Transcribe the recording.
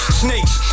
snakes